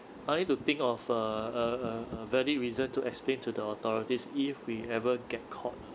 I need to think of a a a a valid reason to explain to the authorities if we ever get caught